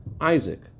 Isaac